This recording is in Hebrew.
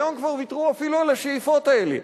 היום כבר ויתרו אפילו על השאיפות האלה.